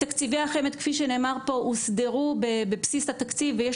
תקציבי החמ"ד כפי שנאמר פה הוסדרו בבסיס התקציב ויש